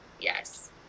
Yes